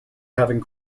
having